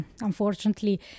unfortunately